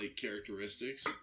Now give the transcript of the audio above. characteristics